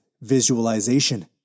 visualization